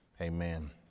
Amen